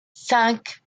cinq